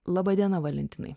laba diena valentinai